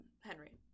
Henry